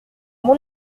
mon